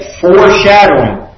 foreshadowing